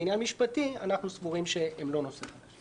כעניין משפטי אנחנו סבורים שהם לא נושא חדש.